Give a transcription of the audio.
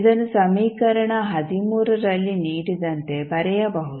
ಇದನ್ನು ಸಮೀಕರಣ ರಲ್ಲಿ ನೀಡಿದಂತೆ ಬರೆಯಬಹುದು